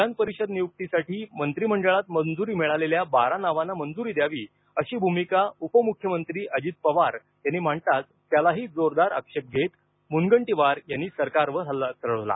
विधान परिषद नियुक्तीसाठी मंत्रिमंडळात मंजुरी मिळलेल्या बारा नावांना मंजुरी द्यावी अशी भूमिका उपमुख्यमंत्री अजित पवारांनी मांडताच त्यालाही जोरदार आक्षेप घेत मुनगंटीवार यांनी सरकारवर हल्ला चढवला